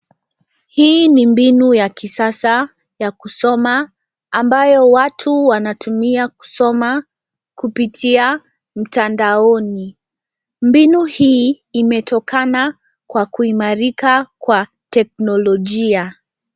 Hii ni mbinu ya kisasa ya kusoma, ambayo watu wanatumia kusoma, kupitia mtandaoni. Mbinu hii imetokana kwa kuimarika, kwa teknologia.